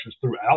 throughout